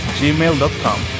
gmail.com